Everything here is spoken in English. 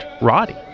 Roddy